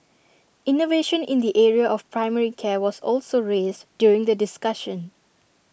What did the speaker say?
innovation in the area of primary care was also raised during the discussion